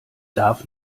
darf